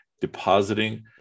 depositing